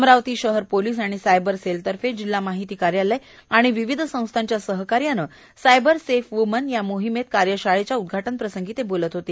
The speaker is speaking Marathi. अमरावती शहर पोलीस आणि सायबर सेलतर्फे जिल्हा माहिती कार्यालय आणि विविध संस्थांच्या सहकार्यानं सायबर सेफ व्मेन या मोहिमेत कार्यशाळेच्या उद्वाटन प्रसंगी ते बोलत होते